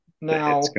Now